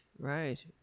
Right